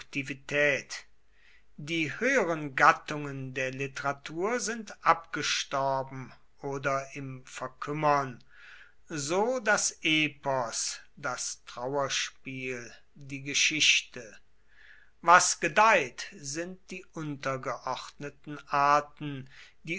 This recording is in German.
die höheren gattungen der literatur sind abgestorben oder im verkümmern so das epos das trauerspiel die geschichte was gedeiht sind die untergeordneten arten